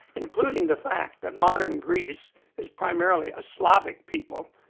including the fact that modern greece is primarily a slavic people,